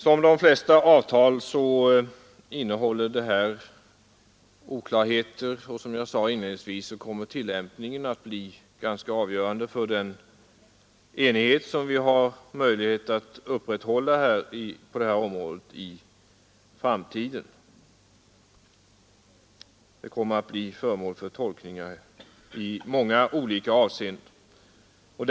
Som de flesta avtal innehåller också detta oklarheter. Avtalet kommer att bli föremål för tolkningar i många olika avseenden.